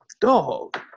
dog